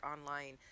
online